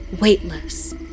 weightless